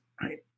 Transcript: Right